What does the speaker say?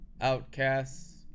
outcasts